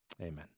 Amen